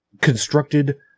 constructed